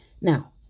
now